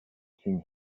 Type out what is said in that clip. king